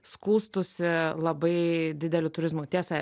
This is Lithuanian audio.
skųstųsi labai dideliu turizmu tiesa